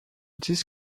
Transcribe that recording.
this